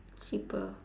cheaper